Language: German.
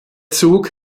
zug